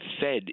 Fed